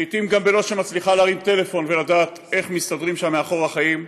לעתים גם בלא שמצליחה להרים טלפון ולדעת איך מסתדרים שם מאחור החיים.